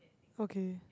okay